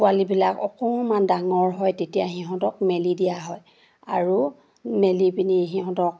পোৱালিবিলাক অকমান ডাঙৰ হয় তেতিয়া সিহঁতক মেলি দিয়া হয় আৰু মেলি পিনি সিহঁতক